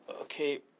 okay